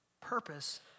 purpose